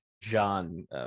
john